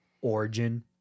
origin